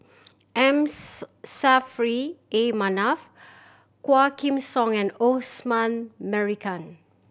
M Saffri A Manaf Quah Kim Song and Osman Merican